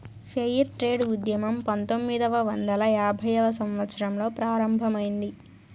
fair trade ఉద్యమం పంతొమ్మిదవ వందల యాభైవ సంవత్సరంలో ప్రారంభమైంది